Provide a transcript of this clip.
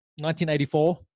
1984